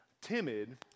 timid